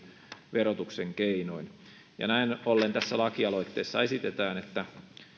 verotuksen keinoin näin ollen tässä lakialoitteessa esitetään että